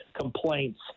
complaints